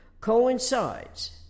coincides